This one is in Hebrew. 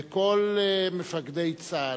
וכל מפקדי צה"ל,